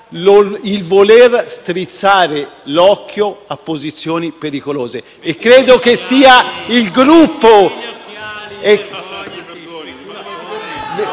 il voler strizzare l'occhio a posizioni pericolose e credo che sia il Gruppo...